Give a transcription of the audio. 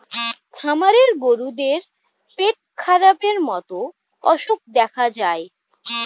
খামারের গরুদের পেটখারাপের মতো অসুখ দেখা যায়